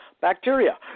bacteria